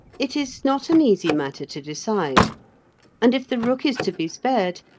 it is not an easy matter to decide and, if the rook is to be spared,